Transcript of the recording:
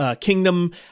kingdom